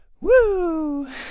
woo